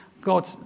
God